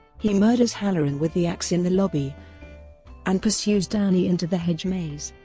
he murders hallorann with the axe in the lobby and pursues danny into the hedge maze.